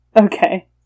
Okay